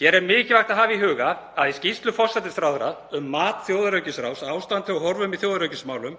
Hér er mikilvægt að hafa í huga að í skýrslu forsætisráðherra um mat þjóðaröryggisráðs á ástandi og horfum í þjóðaröryggismálum,